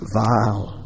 vile